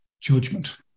judgment